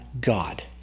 God